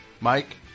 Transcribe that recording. Mike